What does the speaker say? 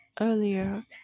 earlier